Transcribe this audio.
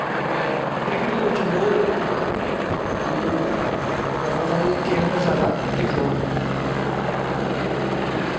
ते मै क्रिकेट दे बिच्च बोह्त अपनी ओह् करना होन्ना एह् खेल मै ज्यादा दिक्खना होन्ना